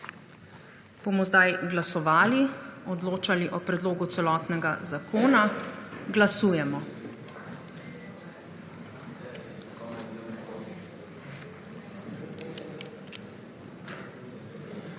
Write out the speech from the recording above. Bomo zdaj glasovali, odločali o predlogu celotnega zakona. Glasujemo.